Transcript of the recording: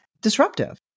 disruptive